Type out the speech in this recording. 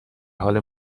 حال